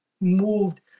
moved